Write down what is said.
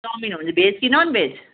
चाउमिनहरू चाहिँ भेज कि नन भेज